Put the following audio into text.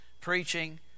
preaching